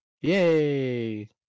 yay